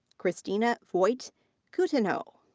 cristina voigt coutinho.